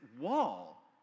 wall